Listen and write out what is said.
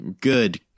good